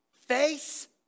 face